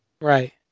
Right